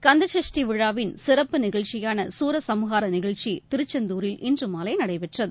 கந்தசஷ்டி விழாவின் சிறப்பு நிகழ்ச்சியான சூரசம்ஹார நிகழ்ச்சி திருச்செந்தூரில் இன்று மாலை நடைபெற்றகு